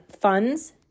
funds